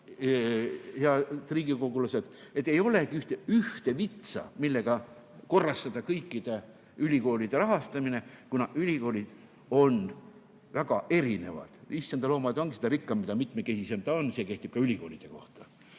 head riigikogulased, et ei olegi ühte vitsa, millega korrastada kõikide ülikoolide rahastamine. Ülikoolid on väga erinevad. Issanda loomaaed ongi seda rikkam, mida mitmekesisem ta on, ja see kehtib ka ülikoolide kohta.